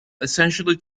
essentially